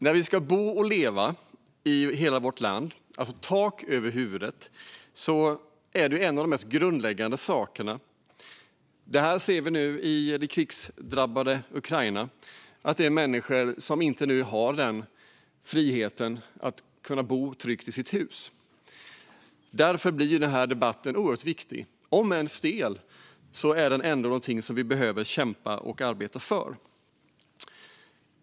Men en av de mest grundläggande sakerna handlar om att vi ska bo och leva i hela vårt land, alltså ha tak över huvudet. Vi ser nu i det krigsdrabbade Ukraina att människor inte har friheten att bo tryggt i sina hus. Därför blir denna debatt oerhört viktig, om än stel. Detta är någonting som vi behöver kämpa och arbeta för.